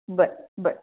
बरं बरं